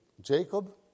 Jacob